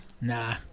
Nah